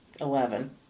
Eleven